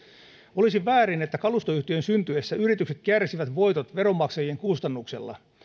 olisi väärin että kalustoyhtiön syntyessä yritykset keräisivät voitot veronmaksajien kustannuksella